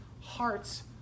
hearts